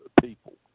people